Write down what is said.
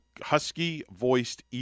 Husky-voiced